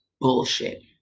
bullshit